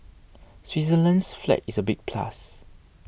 Switzerland's flag is a big plus